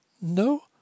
No